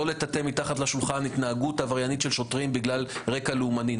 לא לטאטא מתחת לשולחן התנהגות עבריינית של שוטרים בגלל רקע לאומני.